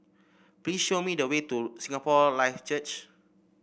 please show me the way to Singapore Life Church